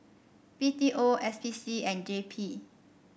B T O S P C and J P